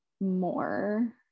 more